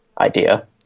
idea